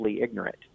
ignorant